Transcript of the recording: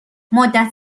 مدت